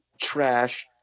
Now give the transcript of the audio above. trash